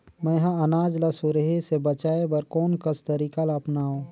मैं ह अनाज ला सुरही से बचाये बर कोन कस तरीका ला अपनाव?